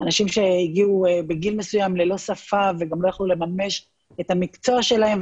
אנשים שהגיעו בגיל מסוים ללא שפה וגם לא יכלו לממש את המקצוע שלהם,